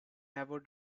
never